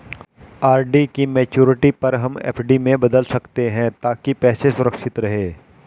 RD की maturity पर हम एफ.डी में बदल सकते है ताकि पैसे सुरक्षित रहें